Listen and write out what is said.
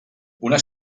una